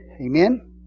Amen